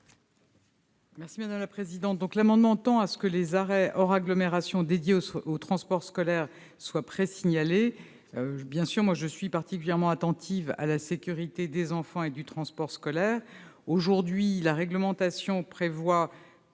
de ces amendements identiques souhaitent que les arrêts hors agglomération dédiés au transport scolaire soient pré-signalés. Je suis évidemment particulièrement attentive à la sécurité des enfants et du transport scolaire. Aujourd'hui, la réglementation prévoit